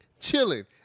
chilling